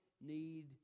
need